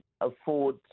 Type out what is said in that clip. afford